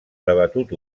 debatut